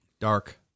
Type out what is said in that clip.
Dark